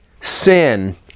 sin